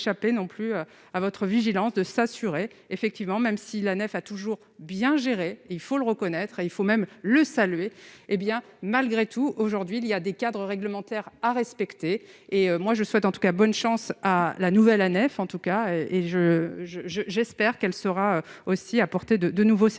non plus à votre vigilance, de s'assurer effectivement même si la nef a toujours bien gérées, il faut le reconnaître et il faut même le saluer, hé bien malgré tout aujourd'hui, il y a des cadres réglementaires à respecter, et moi je souhaite en tout cas, bonne chance à la nouvelle à 9. En tout cas et je, je, je, j'espère qu'elle sera aussi apporter de de nouveaux services